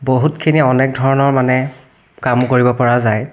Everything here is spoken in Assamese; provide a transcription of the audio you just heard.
বহুত খিনি অনেক ধৰণৰ মানে কাম কৰিব পৰা যায়